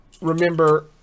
Remember